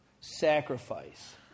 sacrifice